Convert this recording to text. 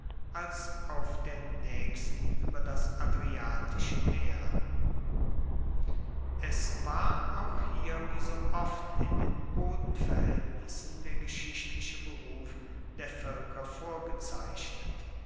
als auf der naechsten ueber das adriatische meer es war auch hier wie so oft in den bodenverhaeltnissen der geschichtliche beruf der voelker vorgezeichnet